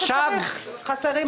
מבקש שחסרים.